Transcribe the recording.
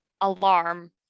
alarm